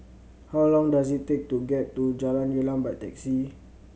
how long does it take to get to Jalan Gelam by taxi